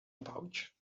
pouch